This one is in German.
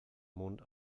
mond